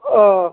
অ'